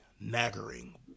nagging